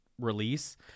release